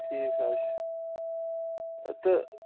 ٹھیٖک حظ چھُ تہٕ